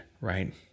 right